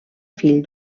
fill